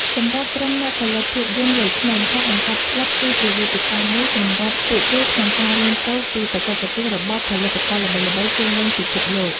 សម្រាប់ក្រុមអ្នកផលិតភាពយន្តវ័យក្មេង ការបង្កើតក្លឹបគឺជាវេទិកាមួយសម្រាប់ពួកគេក្នុងការរៀនសូត្រពី បច្ចេកទេសរបស់ផលិតករល្បីៗជុំវិញពិភពលោក។